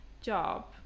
job